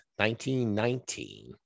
1919